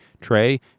tray